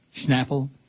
Schnapple